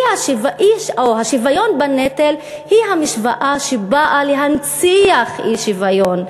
השוויון בנטל הוא המשוואה שבאה להנציח אי-שוויון,